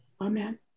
Amen